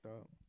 up